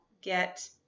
get